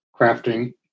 crafting